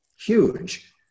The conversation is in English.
huge